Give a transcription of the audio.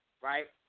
right